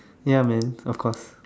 ya man of course